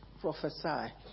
prophesy